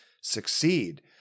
succeed